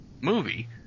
movie